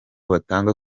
batanga